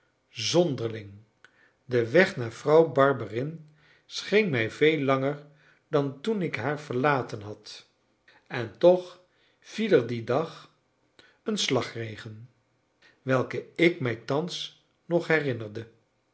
zonderling de weg naar vrouw barberin scheen mij veel langer dan toen ik haar verlaten had en toch viel er dien dag een slagregen welken ik mij thans nog herinnerde